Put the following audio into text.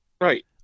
right